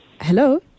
Hello